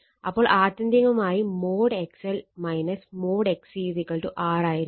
അപ്പോൾ ആത്യന്തികമായി mode XL mode XC R ആയിരിക്കും